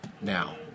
now